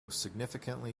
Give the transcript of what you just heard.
significantly